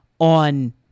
on